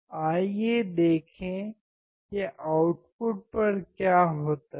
आइए देखें कि आउटपुट पर क्या होता है